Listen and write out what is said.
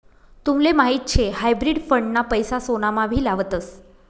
तुमले माहीत शे हायब्रिड फंड ना पैसा सोनामा भी लावतस